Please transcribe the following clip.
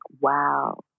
wow